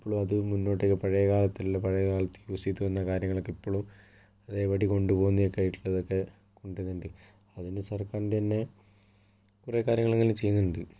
ഇപ്പോഴും അത് മുന്നോട്ട് പഴയ കാലത്തിലുള്ള പഴയ കാലത്തിൽ യൂസ് ചെയ്ത് വന്ന കാര്യങ്ങളൊക്കെ ഇപ്പോഴും അതേപടി കൊണ്ട് പോകുന്നതൊക്കെയായിട്ടുള്ളതൊക്കെ കൊണ്ടു വരുന്നുണ്ട് അതിൻ്റെ സർക്കാര് തന്നെ കുറേ കാര്യങ്ങള് ചെയ്യുന്നുണ്ട്